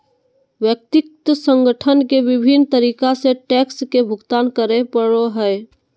व्यक्ति संगठन के विभिन्न तरीका से टैक्स के भुगतान करे पड़ो हइ